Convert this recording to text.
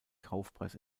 kaufpreis